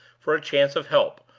for a chance of help,